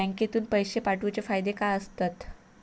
बँकेतून पैशे पाठवूचे फायदे काय असतत?